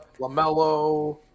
Lamelo